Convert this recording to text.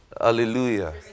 Hallelujah